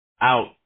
out